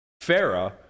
Farah